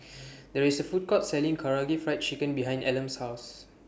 There IS A Food Court Selling Karaage Fried Chicken behind Elam's House